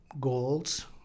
goals